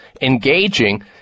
engaging